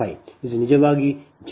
5 ಇದು ನಿಜವಾಗಿ Z 11 ಆಗಿದೆ